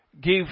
give